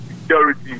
security